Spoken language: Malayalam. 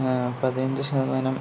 പതിനഞ്ച് ശതമാനം